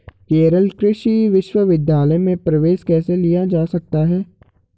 केरल कृषि विश्वविद्यालय में प्रवेश कैसे लिया जा सकता है?